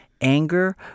anger